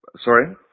sorry